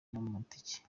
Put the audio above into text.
n’amatike